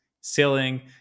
sailing